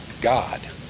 God